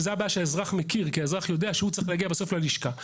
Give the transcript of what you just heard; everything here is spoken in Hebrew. וזו הבעיה שהאזרח מכיר כי האזרח יודע שהוא צריך להגיע בסוף ללשכה.